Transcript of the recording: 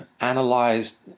analyzed